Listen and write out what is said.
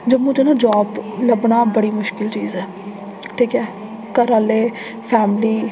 जम्मू च ना जॉब लब्भना बड़ी मुश्कल चीज ऐ ठीक ऐ घरै आह्ले फैमिली